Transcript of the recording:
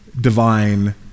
divine